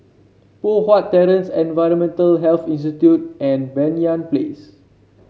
Poh Huat Terrace Environmental Health Institute and Banyan Place